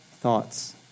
thoughts